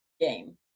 game